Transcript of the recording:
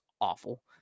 awful